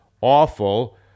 awful